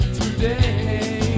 today